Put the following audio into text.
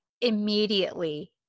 immediately